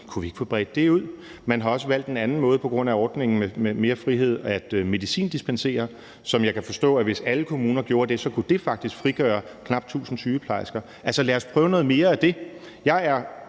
Kunne vi ikke få bredt det ud? Man har også valgt en anden måde på grund af ordningen med mere frihed, altså at medicindispensere, og jeg kan forstå, at hvis alle kommuner gjorde det, kunne det faktisk frigøre knap 1.000 sygeplejersker. Altså, lad os prøve noget mere af det. Jeg er